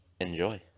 Enjoy